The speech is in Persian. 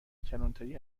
کلانتری